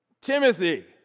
Timothy